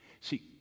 See